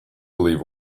believe